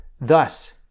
thus